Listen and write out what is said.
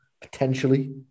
Potentially